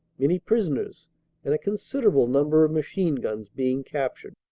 many prison ers and a considerable number of machine-guns being cap tured.